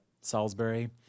Salisbury